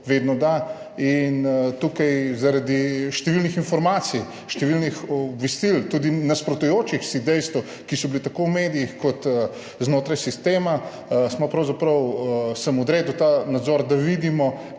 da. In tukaj zaradi številnih informacij, številnih obvestil, tudi nasprotujočih si dejstev, ki so bila tako v medijih kot znotraj sistema, sem pravzaprav odredil ta nadzor, da vidimo,